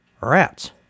Rats